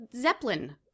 Zeppelin